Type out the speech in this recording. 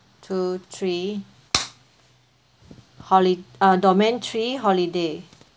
two three holid~ uh domain three holiday